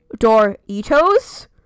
Doritos